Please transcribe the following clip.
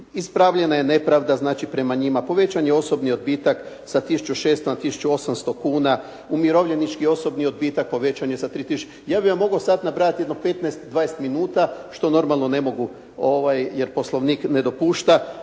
Ispravljena je nepravda znači prema njima. Povećan je osobni odbitak sa 1.600,00 na 1.800,00 kuna. Umirovljenički osobni odbitak povećan je za 3 tisuće. Ja bih vam mogao sada nabrajati jedno 15-20 minuta što normalno ne mogu jer poslovnik ne dopušta,